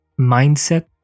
mindset